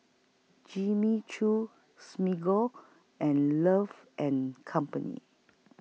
Jimmy Choo Smiggle and Love and Company